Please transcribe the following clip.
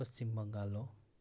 पश्चिम बङ्गाल हो